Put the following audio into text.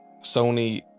Sony